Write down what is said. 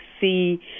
see